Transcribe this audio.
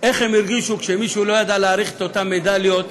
איך הם הרגישו כשמישהו לא ידע להעריך את אותן מדליות,